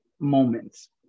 moments